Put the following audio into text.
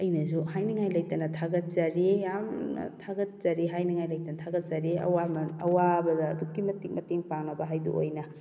ꯑꯩꯅꯁꯨ ꯍꯥꯏꯅꯤꯡꯉꯥꯏ ꯂꯩꯇꯅ ꯊꯥꯒꯠꯆꯔꯤ ꯌꯥꯝꯅ ꯊꯥꯒꯠꯆꯔꯤ ꯍꯥꯏꯅꯤꯡꯉꯥꯏ ꯂꯩꯇꯅ ꯊꯥꯒꯠꯆꯔꯤ ꯑꯋꯥꯃꯜ ꯑꯋꯥꯕꯗ ꯑꯗꯨꯛꯀꯤ ꯃꯇꯤꯛ ꯃꯇꯦꯡ ꯄꯥꯡꯅꯕꯗꯨ ꯍꯥꯏꯕꯗꯨ ꯑꯣꯏꯅ